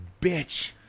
bitch